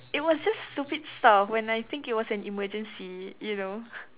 it was just stupid stuff when I think it was an emergency you know